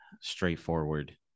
straightforward